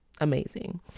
amazing